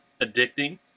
addicting